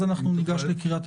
שואל על המימון.